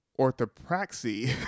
orthopraxy